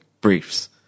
briefs